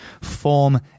form